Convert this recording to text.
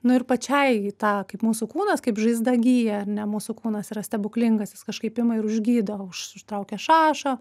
nu ir pačiai tą kaip mūsų kūnas kaip žaizda gyja ar ne mūsų kūnas yra stebuklingas jis kažkaip ima ir užgydo už užtraukia šašą